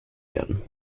werden